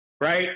right